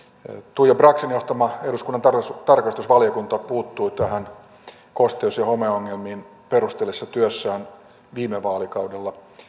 tuija braxin johtama eduskunnan tarkastusvaliokunta puuttui näihin kosteus ja homeongelmiin perusteellisessa työssään viime vaalikaudella